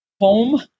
home